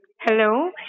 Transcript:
Hello